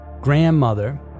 grandmother